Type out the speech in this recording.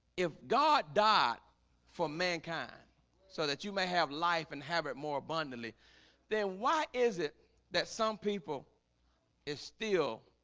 if god died for mankind so that you may have life and have it more abundantly then why is it that some people is still?